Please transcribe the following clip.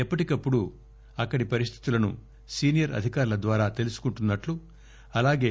ఎప్పటికప్పుడు అక్కడి పరిస్థితులను సీనియర్ అధికారుల ద్వారా తెలుసుకుంటున్నట్లు అలాగే